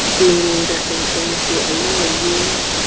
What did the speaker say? meaning that there's going to be a lower yield